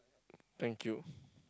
thank you